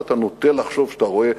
ואתה נוטה לחשוב שאתה רואה,